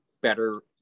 better